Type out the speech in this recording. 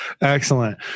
Excellent